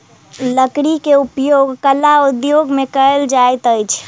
लकड़ी के उपयोग कला उद्योग में कयल जाइत अछि